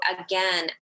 again